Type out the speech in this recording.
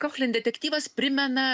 kochlin detektyvas primena